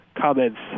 comments